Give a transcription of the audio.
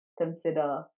consider